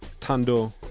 Tando